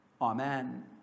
Amen